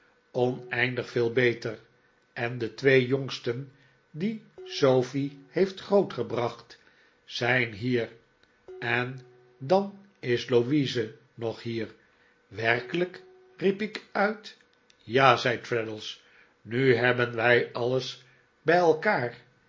oneindig veel beter en de twee jongsten die sofie heeft grootgebracht zijn hier en dan is louise nog hier werkelijk riep ik uit ja zei traddles nu hebben wij alles bij elkaar